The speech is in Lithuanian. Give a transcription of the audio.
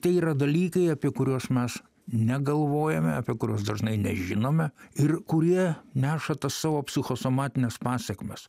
tai yra dalykai apie kuriuos mes negalvojame apie kuriuos dažnai nežinome ir kurie neša tą savo psichosomatiniais pasekmes